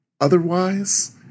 otherwise